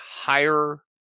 higher